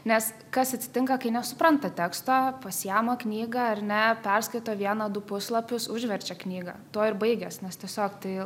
nes kas atsitinka kai nesupranta teksto pasijama knygą ar ne perskaito vieną du puslapius užverčia knygą tuo ir baigias nes tiesiog tai